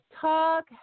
talk